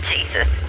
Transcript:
Jesus